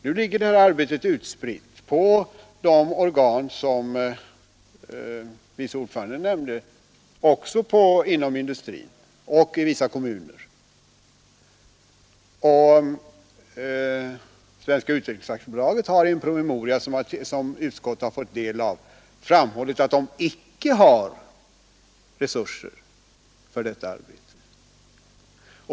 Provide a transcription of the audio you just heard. Nu ligger det här arbetet utspritt på de organ som vice ordföranden nämnde också inom industrin och i vissa kommuner — men Svenska utvecklingsaktiebolaget har i en promemoria som utskottet fått del av framhållit att man icke har resurser för detta arbete.